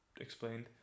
explained